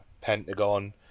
Pentagon